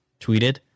tweeted